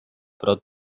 pro